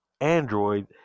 Android